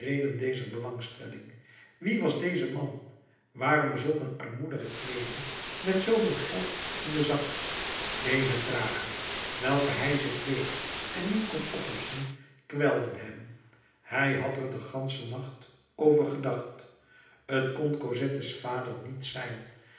dezer belangstelling wie was deze man waarom zulk een armoedige kleeding met zooveel geld in den zak deze vragen welke hij zich deed en niet kon oplossen kwelden hem hij had er den ganschen nacht over gedacht t kon cosettes vader niet zijn